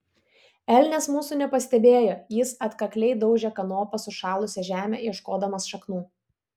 elnias mūsų nepastebėjo jis atkakliai daužė kanopa sušalusią žemę ieškodamas šaknų